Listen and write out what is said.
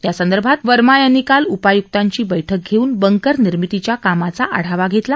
यासंदर्भात वर्मा यांनी काल उपाय्क्तांची बैठक घेऊन बंकर निर्मितीच्या कामाचा आढावा घेतला